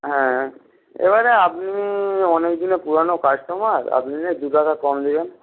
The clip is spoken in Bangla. হ্যাঁ এবারে আপনি অনেকদিনের পুরানো কাস্টমার আপনি নাহয় দু টাকা কম দিবেন